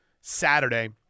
Saturday